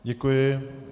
Děkuji.